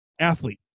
athlete